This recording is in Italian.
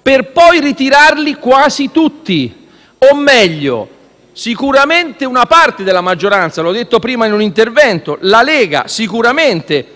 per poi ritirarli quasi tutti, o meglio sicuramente una parte della maggioranza - l'ho detto prima in un intervento - la Lega, ritira tutti